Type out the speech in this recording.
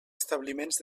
establiments